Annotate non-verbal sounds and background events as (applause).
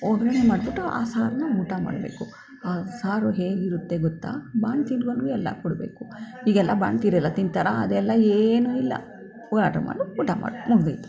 ಒಗ್ಗರಣೆ ಮಾಡ್ಬಿಟ್ಟು ಆ ಸಾರನ್ನ ಊಟ ಮಾಡಬೇಕು ಆ ಸಾರು ಹೇಗಿರುತ್ತೆ ಗೊತ್ತಾ (unintelligible) ಎಲ್ಲ ಕೊಡಬೇಕು ಈಗೆಲ್ಲ ಬಾಣ್ತೀರೆಲ್ಲ ತಿಂತಾರಾ ಅದೆಲ್ಲ ಏನು ಇಲ್ಲ ಹೋಗಿ ಆರ್ಡ್ರ್ ಮಾಡು ಊಟ ಮಾಡು ಮುಗಿದೋಯ್ತು